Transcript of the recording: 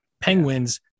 Penguins